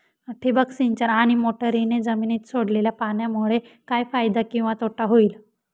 ठिबक सिंचन आणि मोटरीने जमिनीत सोडलेल्या पाण्यामुळे काय फायदा किंवा तोटा होईल?